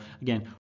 again